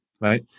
right